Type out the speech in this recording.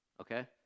okay